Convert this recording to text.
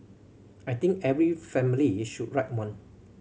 I think every family should write one